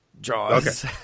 Jaws